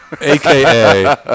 AKA